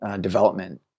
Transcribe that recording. development